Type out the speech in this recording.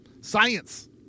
Science